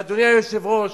אדוני היושב-ראש,